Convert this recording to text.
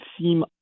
seem